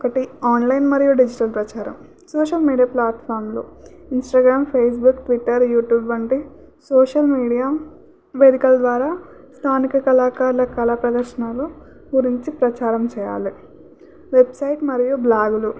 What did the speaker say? ఒకటి ఆన్లైన్ మరియు డిజిటల్ ప్రచారం సోషల్ మీడియా ప్లాట్ఫామ్లు ఇంస్టాగ్రామ్ ఫేస్బుక్ ట్విట్టర్ యూట్యూబ్ వంటి సోషల్ మీడియా వేదికల ద్వారా స్థానిక కళాకారుల కళా ప్రదర్శనలు గురించి ప్రచారం చెయ్యాలి వెబ్సైట్ మరియు బ్లాగులు